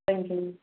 thank you ma'am